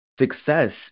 Success